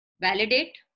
validate